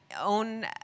own